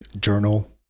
journal